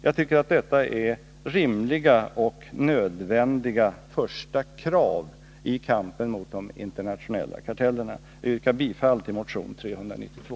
Jag tycker att detta är rimliga och nödvändiga första krav i kampen mot de internationella kartellerna. Jag yrkar bifall till motion 392.